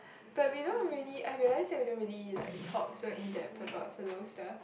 but we know really I realise that we don't really like talk so in depth about like philo stuff